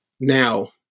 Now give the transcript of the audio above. Now